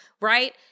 right